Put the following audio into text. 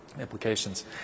implications